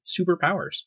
superpowers